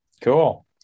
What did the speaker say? cool